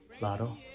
Lotto